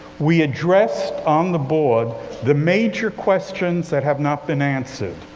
we addressed on the board the major questions that have not been answered.